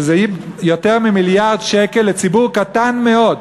שזה יותר ממיליארד שקל לציבור קטן מאוד,